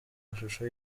mashusho